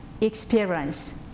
experience